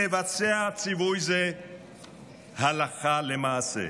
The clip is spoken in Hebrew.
נבצע ציווי זה הלכה למעשה.